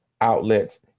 outlets